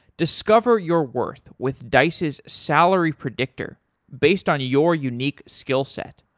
discover your worth with dice's salary predictor based on your unique skillset.